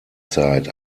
zeit